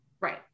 Right